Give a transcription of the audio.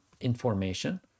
information